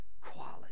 quality